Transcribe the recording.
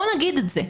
בואו נגיד את זה,